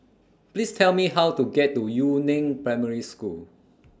Please Tell Me How to get to Yu Neng Primary School